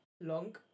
Long